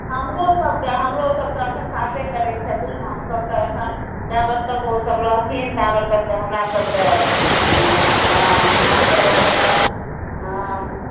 हमरो सबकेँ हमरो सबके अखन सासे करैत छथिन हमसब तऽ अखन जाबत तक ओ सब रहथिन ताबैत तक तऽ हमरा सबके हँ हमसब अपन हँ